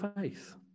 faith